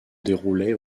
déroulaient